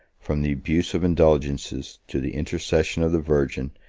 from the abuse of indulgences to the intercesson of the virgin,